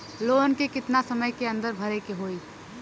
Loan के कितना समय के अंदर भरे के होई?